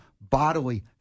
bodily